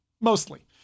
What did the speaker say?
mostly